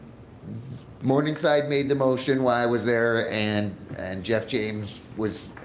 morningside made the motion why was there and and jeff james was